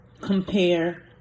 compare